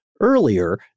earlier